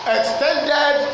extended